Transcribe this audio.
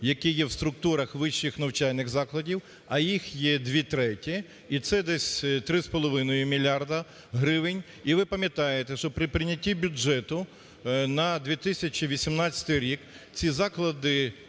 які є в структурах вищих навчальних закладів, а їх є дві треті, і це десь три з половиною мільярда гривень. І ви пам'ятаєте, що при прийнятті бюджету на 2018 рік ці заклади,